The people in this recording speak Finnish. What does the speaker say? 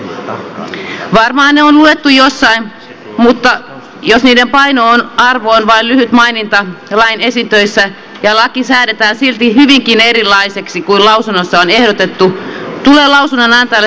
varmaan ne on luettu jossain mutta jos niiden painoarvo on vain lyhyt maininta lain esitöissä ja laki säädetään silti hyvinkin erilaiseksi kuin mitä lausunnossa on ehdotettu tulee lausunnonantajalle tunne että turha näitä on kirjoitella kun ei näitä kukaan lue